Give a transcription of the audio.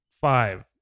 five